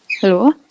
Hello